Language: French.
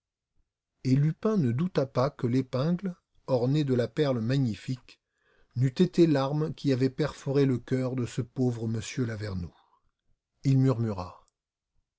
et lupin ne douta pas que l'épingle ornée de la perle magnifique n'eût été l'arme qui avait perforé le cœur de ce pauvre m lavernoux il murmura